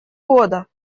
года